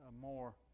more